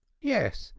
yes,